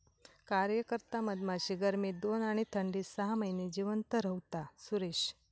कार्यकर्ता मधमाशी गर्मीत दोन आणि थंडीत सहा महिने जिवंत रव्हता, सुरेश